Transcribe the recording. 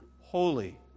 holy